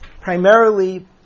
primarily